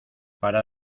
para